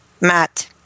Matt